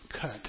cut